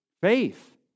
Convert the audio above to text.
Faith